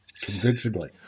convincingly